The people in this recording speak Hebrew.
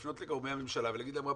לפנות לגורמי הממשלה ולהגיד להם רבותיי,